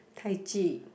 Tai-Chi